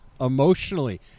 emotionally